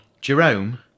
Jerome